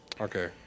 Okay